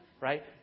right